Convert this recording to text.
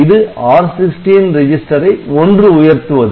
இது R16 register ஐ ஒன்று உயர்த்துவது